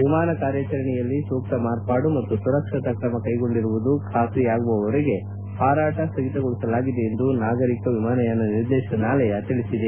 ವಿಮಾನ ಕಾರ್ಯಾಚರಣೆಯಲ್ಲಿ ಸೂಕ್ತ ಮಾರ್ಪಾಡು ಮತ್ತು ಸುರಕ್ಷತಾ ಕ್ರಮ ಕೈಗೊಂಡಿರುವುದು ಖಾತ್ರಿಯಾಗುವವರೆಗೆ ಹಾರಾಟ ಸ್ವಗಿತಗೊಳಿಸಲಾಗಿದೆ ಎಂದು ನಾಗರಿಕ ವಿಮಾನಯಾನ ನಿರ್ದೇಶನಾಲಯ ತಿಳಿಸಿದೆ